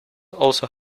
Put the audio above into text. also